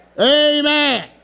Amen